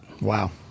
Wow